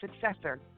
successor